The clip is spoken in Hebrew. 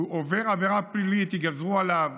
הוא עובר עבירה פלילית, ויגזרו עליו,